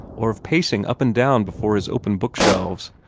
or of pacing up and down before his open book-shelves,